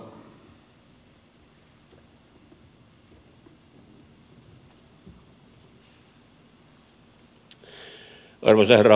arvoisa herra puhemies